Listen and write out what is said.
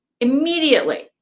immediately